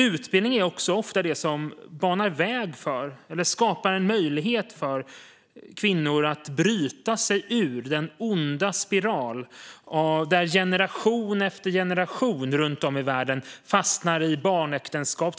Utbildning banar ofta väg för och skapar möjligheter för kvinnor att bryta den onda spiral som innebär att generation efter generation runt om i världen tvingas in i barnäktenskap.